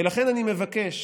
ולכן אני מבקש,